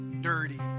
dirty